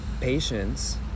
patience